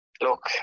Look